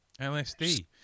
LSD